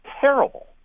terrible